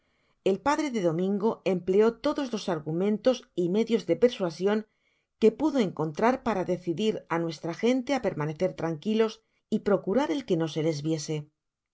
el padre de domingo empleó todos los argumentos y medios de persuacion que pudo encontrar para decidir á nuestra gente á permanecer tranquilos y procurar el que no se les viese